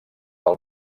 del